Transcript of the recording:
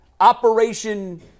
Operation